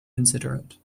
considerate